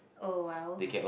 oh !wow!